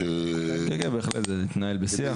כן, כן, זה גם התנהל בשיח.